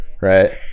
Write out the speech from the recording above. Right